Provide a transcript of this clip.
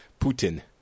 Putin